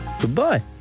Goodbye